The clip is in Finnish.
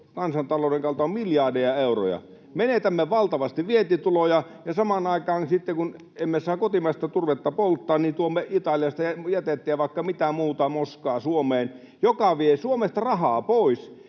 kansantalouden kannalta on miljardeja euroja. Menetämme valtavasti vientituloja, ja samaan aikaan sitten kun emme saa kotimaista turvetta polttaa, tuomme Italiasta jätettä ja vaikka mitä muuta moskaa Suomeen, mikä vie Suomesta rahaa pois.